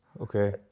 Okay